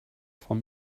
vom